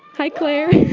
hi, claire.